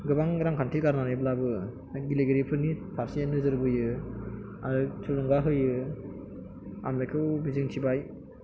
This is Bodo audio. गोबां रांखान्थि गारनानैब्लाबो नों गेलेगिरिफोरनि फारसे नोजोर बोयो आरो थुलुंगा होयो आं बेखौ मिजिं थिबाय